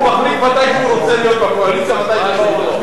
הוא מחליט מתי הוא רוצה להיות בקואליציה ומתי לא.